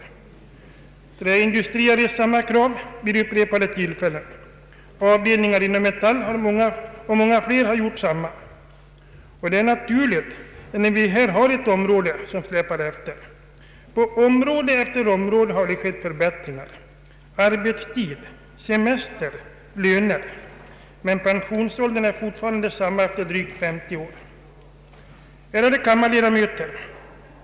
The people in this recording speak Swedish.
Träindustriarbetareförbundet har fört fram samma krav vid flera tillfällen, och inom Metall och skogen har man gjort detsamma. Och det är naturligt, när vi här har ett område som släpar efter. På område efter område har skett förbättringar: arbetstid, semester, löner har förbättrats, men pensionsåldern är fortfarande densamma efter drygt 50 år. Ärade kammarledamöter!